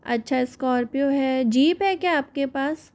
अच्छा स्कॉर्पीओ है जीप है क्या आप के पास